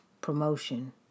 Promotion